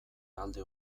alde